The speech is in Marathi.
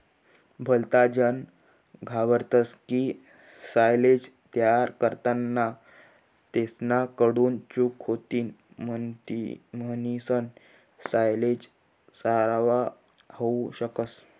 भलताजन घाबरतस की सायलेज तयार करताना तेसना कडून चूक होतीन म्हणीसन सायलेज खराब होवू शकस